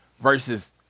versus